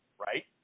right